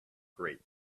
great